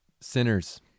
Sinners